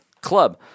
Club